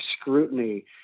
scrutiny